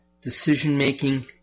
decision-making